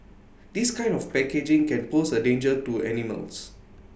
this kind of packaging can pose A danger to animals